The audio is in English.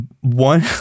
one